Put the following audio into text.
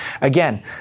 Again